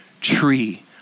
tree